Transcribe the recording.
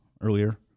earlier